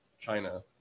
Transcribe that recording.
China